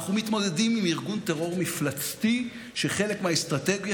אנחנו מתמודדים עם ארגון טרור מפלצתי שחלק מהאסטרטגיה